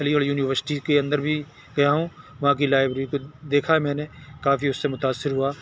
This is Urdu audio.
علی گڑھ یونیورسٹی کے اندر بھی گیا ہوں وہاں کی لائبریری کو دیکھا ہے میں نے کافی اس سے متاثر ہوا